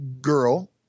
girl